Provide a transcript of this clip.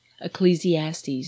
Ecclesiastes